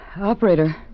Operator